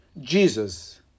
Jesus